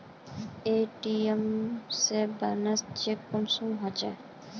ATM से balance check कुंसम होचे?